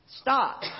Stop